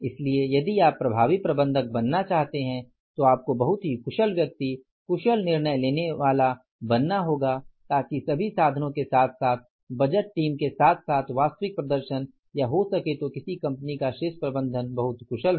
इसलिए यदि आप प्रभावी प्रबंधक बनना चाहते हैं तो आपको बहुत ही कुशल व्यक्ति कुशल निर्णय लेनेवाला बनना होगा ताकि सभी साधनों के साथ साथ बजट टीम के साथ साथ वास्तविक प्रदर्शन या हो सके तो किसी कंपनी का शीर्ष प्रबंधन बहुत कुशल हो